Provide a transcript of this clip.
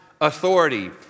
authority